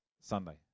Sunday